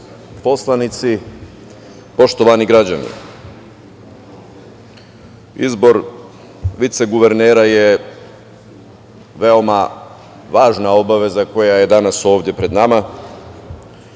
poslanici, poštovani građani, izbor viceguvernera je veoma važna obaveza koja je danas ovde pred nama. Ova